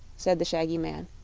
said the shaggy man,